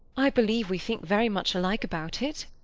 i be lieve we think very much alike about it.